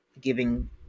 giving